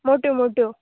मोट्यो मोट्यो